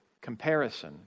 comparison